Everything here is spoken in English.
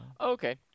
Okay